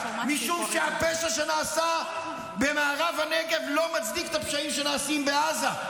משום שהפשע שנעשה במערב הנגב לא מצדיק את הפשעים שנעשים בעזה.